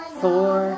four